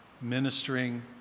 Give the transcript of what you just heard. ministering